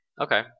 Okay